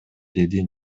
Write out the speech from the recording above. деди